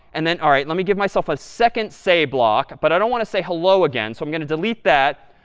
and then all right, let me give myself a second say block. but i don't want to say hello again. so i'm going to delete that.